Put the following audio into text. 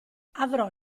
avrò